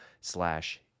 slash